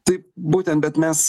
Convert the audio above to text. taip būtent bet mes